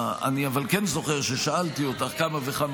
אבל אני כן זוכר ששאלתי אותך כמה וכמה